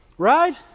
Right